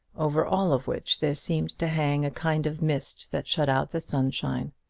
over all of which there seemed to hang a kind of mist that shut out the sunshine.